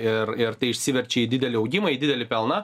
ir ir tai išsiverčia į didelį augimą į didelį pelną